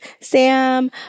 Sam